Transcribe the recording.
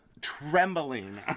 trembling